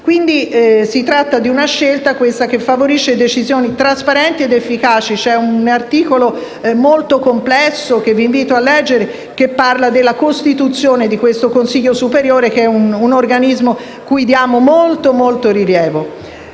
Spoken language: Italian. quindi di una scelta che favorisce decisioni trasparenti ed efficaci. Vi è un articolo molto complesso, che vi invito a leggere, che parla della costituzione di questo Consiglio superiore che è un organismo cui diamo molto rilievo.